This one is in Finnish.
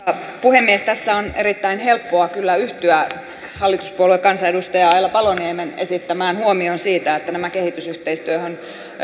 arvoisa puhemies tässä on erittäin helppoa kyllä yhtyä hallituspuolueen kansanedustaja aila paloniemen esittämään huomioon siitä että nämä kehitysyhteistyöhön